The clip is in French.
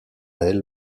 aile